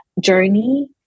journey